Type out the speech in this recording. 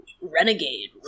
renegade